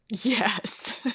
yes